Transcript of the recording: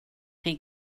chi